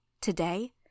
today